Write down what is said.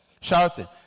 Shouting